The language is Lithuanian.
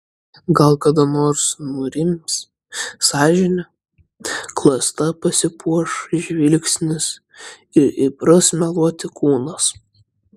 gal kada nors nurims sąžinė klasta pasipuoš žvilgsnis ir įpras meluoti kūnas